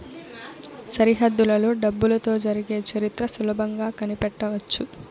సరిహద్దులలో డబ్బులతో జరిగే చరిత్ర సులభంగా కనిపెట్టవచ్చు